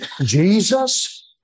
Jesus